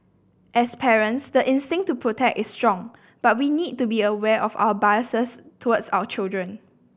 as parents the instinct to protect is strong but we need to be aware of our biases towards our children